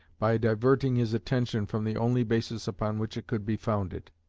by diverting his attention from the only basis upon which it could be founded.